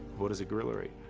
what does a gorilla eat?